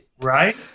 Right